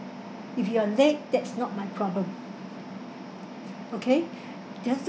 if you are late that's not my problem okay